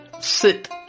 Sit